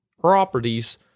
properties